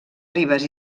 ribes